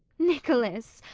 nicholas,